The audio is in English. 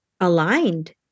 aligned